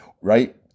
right